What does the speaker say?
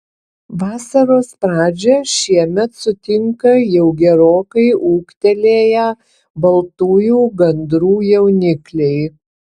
vasaros pradžią šiemet sutinka jau gerokai ūgtelėję baltųjų gandrų jaunikliai